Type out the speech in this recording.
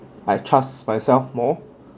I trust myself more